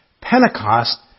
Pentecost